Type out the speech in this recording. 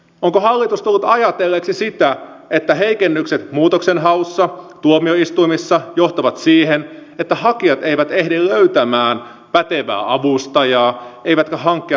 onko hallitus tullut ajatelleeksi sitä että heikennykset muutoksenhaussa tuomioistuimissa johtavat siihen että hakijat eivät ehdi löytää pätevää avustajaa eivätkä hankkia tarvittavia dokumentteja ajoissa